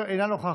אינה נוכחת,